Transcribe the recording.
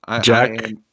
Jack